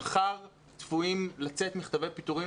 מחר צפויים לצאת מכתבי פיטורים,